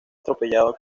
atropellado